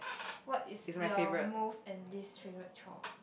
what is your most and least favourite chore